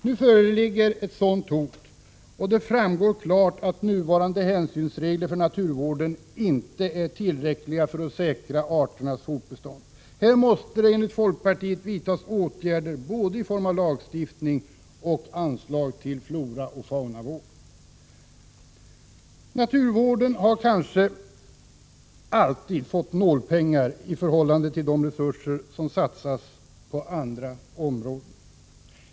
Nu föreligger ett hot avseende dessa, och det framgår klart att nuvarande hänsynsregler för naturvården inte är tillräckliga för att säkra arternas fortbestånd. Här måste det enligt folkpartiet vidtas åtgärder i form av både lagstiftning och anslag till floraoch faunavård. Naturvården har kanske alltid fått nålpengar i förhållande till de resurser som satsas på andra områden.